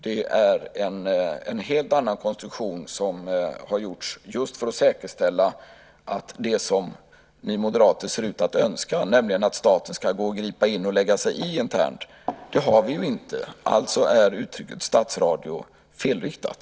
Det är en helt annan konstruktion som har gjorts för att säkerställa att vi inte har det så som ni moderater ser ut att önska, nämligen att staten ska gripa in och lägga sig i internt. Uttrycket statsradio är alltså felriktat.